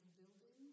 building